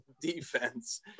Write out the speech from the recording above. defense